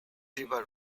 river